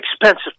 expensive